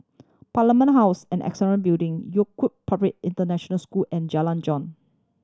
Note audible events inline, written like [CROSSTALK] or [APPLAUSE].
Parliament House and Annexe Building [UNINTELLIGIBLE] International School and Jalan Jong